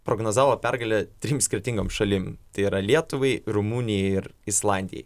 prognozavo pergalę trim skirtingom šalim tai yra lietuvai rumunijai ir islandijai